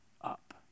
up